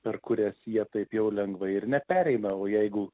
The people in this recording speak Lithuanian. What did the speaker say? per kurias jie taip jau lengvai ir nepereina o jeigu